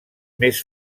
més